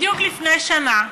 בדיוק לפני שנה,